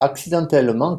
accidentellement